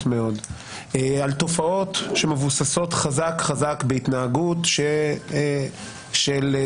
מאוד על תופעות שמבוססות חזק חזק בהתנהגות של מחאה